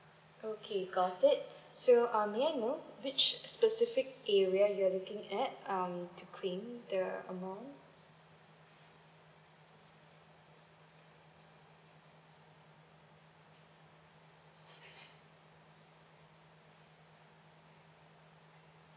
okay got it so uh may I know which specific area you're looking at um to claim the amount